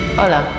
Hola